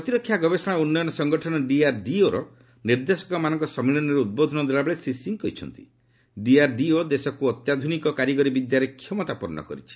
ପ୍ରତିରକ୍ଷା ଗବେଷଣା ଓ ଉନ୍ନୟନ ସଂଗଠନ ଡିଆର୍ଡିଓର ନିର୍ଦ୍ଦେଶକମାନଙ୍କ ସମ୍ମିଳନୀରେ ଉଦ୍ବୋଧନ ଦେଲାବେଳେ ଶ୍ରୀ ସିଂହ କହିଛନ୍ତି ଡିଆର୍ଡିଓ ଦେଶକୁ ଅତ୍ୟାଧୁନିକ କାରିଗରି ବିଦ୍ୟାରେ କ୍ଷମତାପନ୍ନ କରିଛି